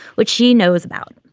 which she knows about.